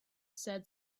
said